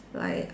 like